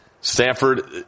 Stanford